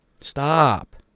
Stop